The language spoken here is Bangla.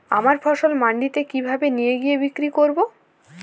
আমার ফসল মান্ডিতে কিভাবে নিয়ে গিয়ে বিক্রি করব?